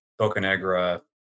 Bocanegra